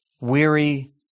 weary